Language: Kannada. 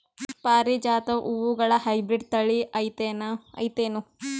ಪಾರಿಜಾತ ಹೂವುಗಳ ಹೈಬ್ರಿಡ್ ಥಳಿ ಐತೇನು?